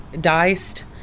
diced